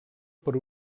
per